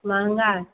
महंगा है